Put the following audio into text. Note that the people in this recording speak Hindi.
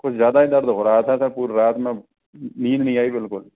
कुछ ज़्यादा ही दर्द हो रहा था सर पूरी रात नींद नहीं आई बिल्कुल